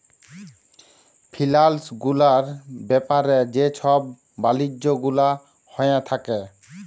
ফিলালস গুলার ব্যাপারে যে ছব বালিজ্য গুলা হঁয়ে থ্যাকে